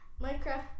Minecraft